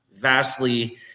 vastly